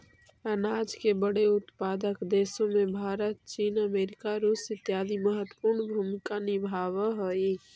अनाज के बड़े उत्पादक देशों में भारत चीन अमेरिका रूस इत्यादि महत्वपूर्ण भूमिका निभावअ हई